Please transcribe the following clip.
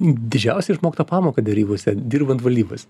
didžiausią išmoktą pamoką derybose dirbant valdybas